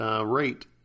rate